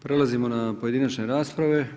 Prelazimo na pojedinačne rasprave.